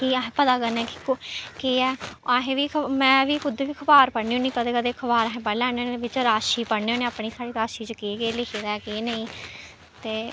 कि अहें पता करने कि अहें में बी कुतै अखबार पढ़नी होन्नी कदें कदें अखबार अहें पढ़ी लैन्नी होन्नी बिच्च राशि पढ़ने होने अपनी साढ़ी राशि च केह् केह् लिखे दा केह् नेईं ते